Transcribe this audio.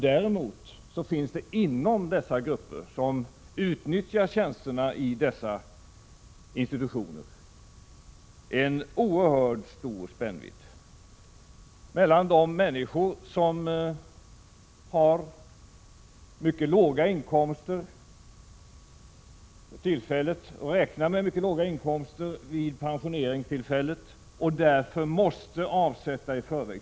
Däremot finns det grupper av människor som utnyttjar tjänsterna i dessa institutioner, och bland dessa grupper finns en oerhört stor spännvidd. Där finns människor som har mycket låga inkomster för tillfället, och som räknar med mycket låga inkomster vid pensioneringen och därför måste avsätta i förväg.